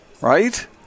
Right